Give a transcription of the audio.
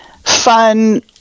fun